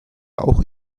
auch